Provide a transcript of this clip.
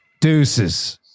Deuces